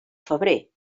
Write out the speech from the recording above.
febrer